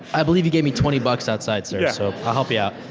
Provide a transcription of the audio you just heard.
i believe you gave me twenty bucks outside sir. yeah. so i'll help yeah